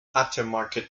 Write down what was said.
aftermarket